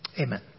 Amen